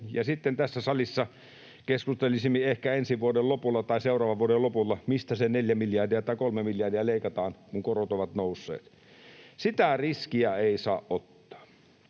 ja sitten tässä salissa ehkä ensi vuoden lopulla tai seuraavan vuoden lopulla keskustelisimme siitä, mistä se 4 miljardia tai 3 miljardia leikataan, kun korot ovat nousseet. Sitä riskiä ei saa ottaa.